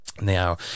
now